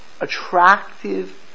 Attractive